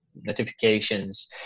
notifications